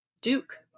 Duke